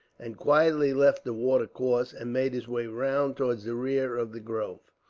and quietly left the watercourse and made his way round towards the rear of the grove.